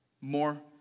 More